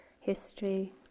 history